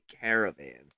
caravan